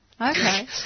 okay